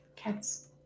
Cats